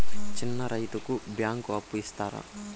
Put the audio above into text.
చిన్న రైతుకు బ్యాంకు అప్పు ఇస్తారా?